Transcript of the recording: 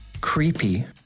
Creepy